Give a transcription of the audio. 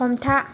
हमथा